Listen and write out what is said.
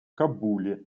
кабуле